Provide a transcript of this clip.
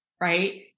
right